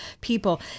people